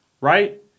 right